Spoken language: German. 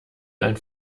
ein